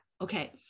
okay